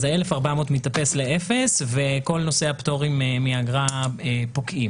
ה-1,400 מתאפס לאפס וכל נושא הפטורים מאגרה פוקעים,